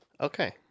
Okay